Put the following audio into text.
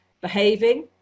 behaving